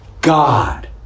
God